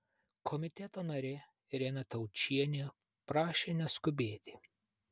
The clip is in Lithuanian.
komiteto narė irena taučienė prašė neskubėti